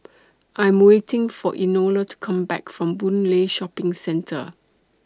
I Am waiting For Enola to Come Back from Boon Lay Shopping Centre